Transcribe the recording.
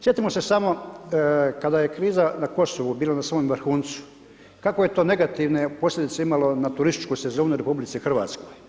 Sjetimo se samo kada je kriza na Kosovu bila na svom vrhuncu, kako je to negativne posljedice imalo na turističku sezonu u RH.